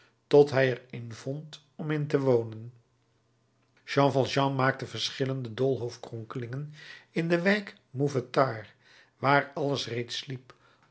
tot hij er een vond om in te wonen jean valjean maakte verschillende doolhof kronkelingen in de wijk mouffetard waar alles reeds sliep